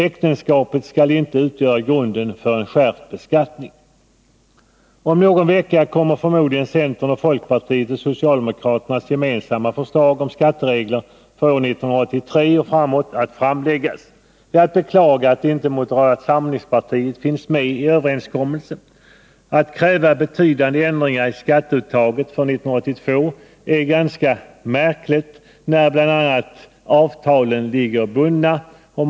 Äktenskapet skall inte utgöra grunden för en skärpt beskattning. Om någon vecka kommer förmodligen centerns, folkpartiets och socialdemokraternas gemensamma förslag om skatteregler för 1983 att framläggas. Det är att beklaga att inte moderata samlingspartiet finns med i överenskommelsen. Att kräva betydande ändringar i skatteuttaget för 1982 är ganska märkligt, när bl.a. avtalen ligger bundna.